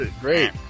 Great